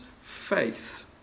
faith